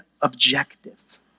objective